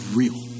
real